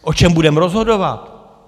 O čem budeme rozhodovat?